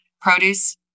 produce